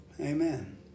Amen